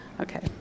Okay